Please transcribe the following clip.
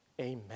amen